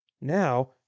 Now